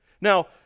Now